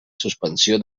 suspensió